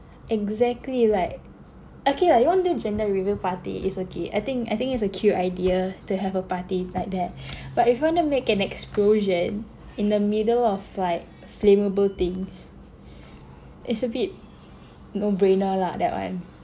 exactly like okay lah you want do gender reveal party it's okay I think I think it's a cute idea to have a party like that but if you wanna make an explosion in the middle of like flammable things it's a bit no brainer lah that one